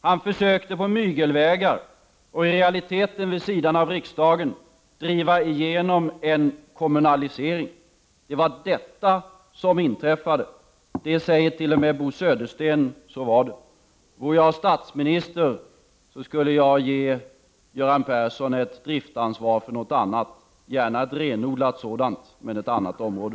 Han försökte på mygelvägar och i realiteten vid sidan av riksdagen driva igenom en kommunalisering.” Det var detta som inträffade. Det säger t.o.m. Bo Södersten. Så var det. Vore jag statsminister så skulle jag ge Göran Persson ett driftsansvar för någonting annat — gärna ett renodlat sådant, men för ett annat område.